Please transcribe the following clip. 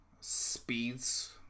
speeds